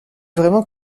vraiment